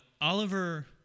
Oliver